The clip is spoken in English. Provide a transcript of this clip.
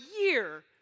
year